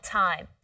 time